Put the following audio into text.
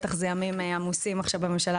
אלה בטח ימים עמוסים בממשלה,